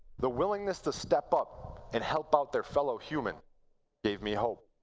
the willingness to step up and help out their fellow human gave me hope.